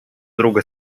друга